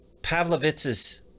Pavlovitz's